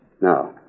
No